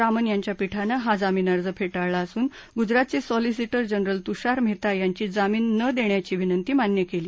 रामन यांच्या पीठानं हा जामीन अर्ज फटीळला असून गुजरातच स्रीलीसिटर जनरल तुषार महत्त्वा यांची जामीन न दख्विाची विनंती मान्य क्ली